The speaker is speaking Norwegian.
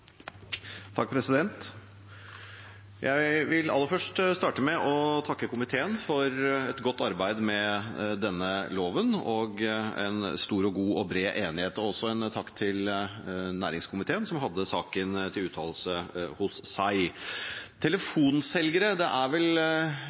Jeg vil starte med å takke komiteen for et godt arbeid med denne loven og en stor, god og bred enighet. Jeg vil også rette en takk til næringskomiteen, som hadde saken til uttalelse hos seg.